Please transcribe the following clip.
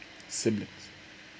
siblings